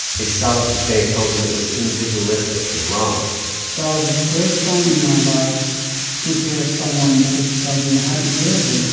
his salafi faith told him it was individualistic and wrong that was the ah first time in my life to hear someone to tell me happy birthday